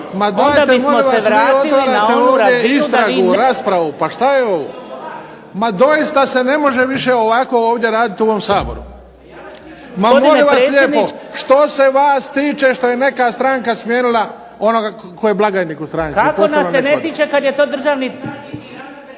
Ma dajte molim vas ne otvarajte ovdje istragu, raspravu. Pa što je ovo? Doista se ne može ovako raditi u ovom Saboru. Ma, molim vas lijepo, što se vas tiče što je neka stranka smijenila nekoga tko je blagajnik u stranci.